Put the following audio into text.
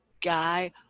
guy